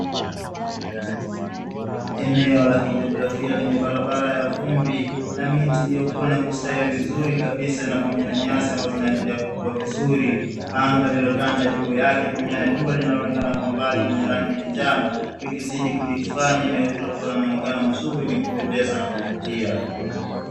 Eneo la kijografia lenye barabara ya vumbi na miti iliyokuwa na kustahili vizuri kabisa na pamoja na nyasi ambazo zinaendelea kukua vizuri, anga lililotanda juu yake pamoja na jua linaonekana kwa mbali ni rangi ya njano vikizidi kulifanya eneo hilo kuona muonekano mzuri wenye kupendeza na kuvutia.